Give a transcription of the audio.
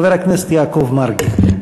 חבר הכנסת יעקב מרגי.